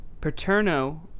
Paterno